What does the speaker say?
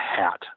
hat